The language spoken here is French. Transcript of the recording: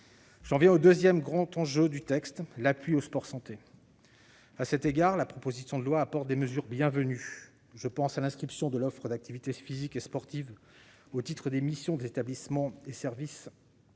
J'en viens au deuxième grand enjeu du texte, l'appui au sport-santé. À cet égard, la proposition de loi apporte des mesures bienvenues, par exemple l'inscription de l'offre d'activités physiques et sportives au titre des missions des établissements et services